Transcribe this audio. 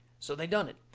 so they done it.